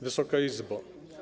Wysoka Izbo!